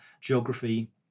geography